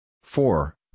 four